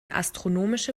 astronomische